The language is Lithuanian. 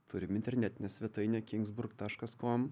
turim internetinę svetainę kingzburk taškas com